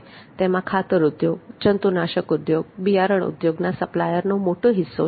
તેમાં ખાતર ઉદ્યોગ જંતુનાશક ઉદ્યોગ અને બિયારણ ઉદ્યોગના સપ્લાયરનો મોટો હિસ્સો છે